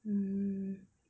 mm